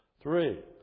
Three